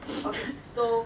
okay so